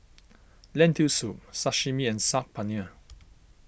Lentil Soup Sashimi and Saag Paneer